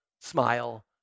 smile